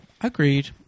Agreed